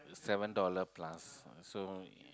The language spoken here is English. seven dollar plus so